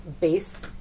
base